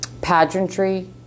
pageantry